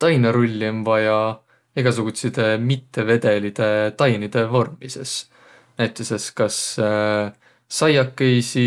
Tainarulli om vaja egäsugutsidõ mitte vedelide tainidõ vormmisõs. Näütüses kas saiakõisi